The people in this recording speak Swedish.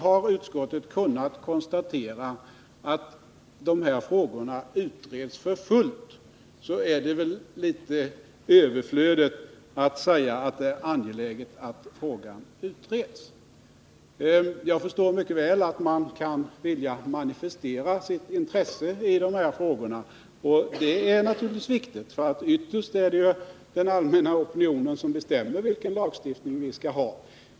Har utskottet kunnat konstatera att frågorna utreds för fullt så är det väl litet överflödigt att säga att det är angeläget att frågan utreds. Jag förstår mycket väl att man kan vilja manifestera sitt intresse i de här frågorna. Och det är naturligtvis viktigt — för ytterst är det ju den allmänna opinionen som bestämmer vilken lagstiftning vi skall ha.